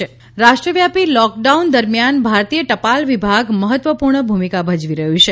ભારતીય ટપાલ રાષ્ટ્ર વ્યાપી લોક ડાઉન દરમિયાન ભારતીય ટપાલ વિભાગ મહત્વપૂર્ણ ભૂમિકા ભજવી રહ્યું છે